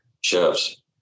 chefs